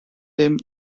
dem